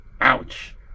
ouch